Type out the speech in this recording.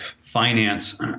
finance